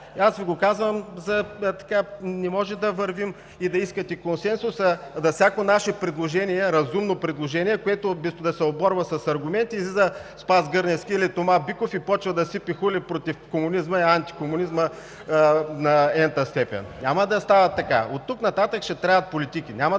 Аз Ви го казвам – не можем да вървим и да искате консенсус, а за всяко наше разумно предложение, което да се оборва с аргументи, излиза Спас Гърневски или Тома Биков и започва да сипе хули против комунизма и антикомунизма на n-та степен. Няма да става така! Оттук нататък ще трябват политики.